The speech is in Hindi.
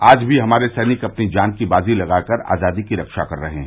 आज भी हमारे सैनिक अपनी जान की बाजी लगाकर आजादी की रक्षा कर रहे हैं